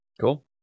cool